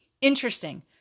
Interesting